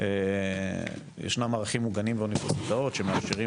ישנם ערכים מוגנים באוניברסיטאות שמאפשרים